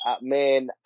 man